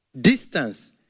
Distance